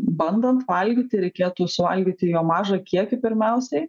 bandant valgyti reikėtų suvalgyti jo mažą kiekį pirmiausiai